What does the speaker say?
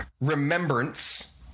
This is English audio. remembrance